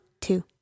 two